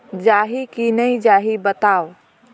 जाही की नइ जाही बताव?